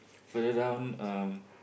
further down um